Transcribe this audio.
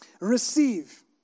Receive